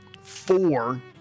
four